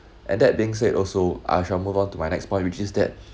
and that being said also I shall move on to my next point which is that